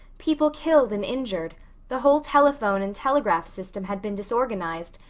people killed and injured the whole telephone and telegraph system had been disorganized,